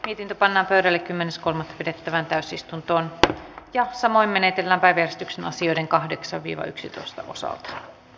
itin tapana veteli kymmenes kolme pidettävään täysistuntoon ja samoin menetellä päivystyksen asioiden kahdeksan viro yksitoista wasa